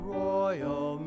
royal